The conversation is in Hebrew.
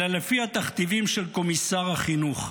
אלא לפי התכתיבים של קומיסר החינוך.